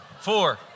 Four